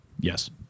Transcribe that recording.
Yes